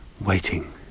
waiting